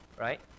right